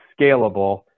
scalable